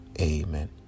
Amen